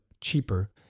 cheaper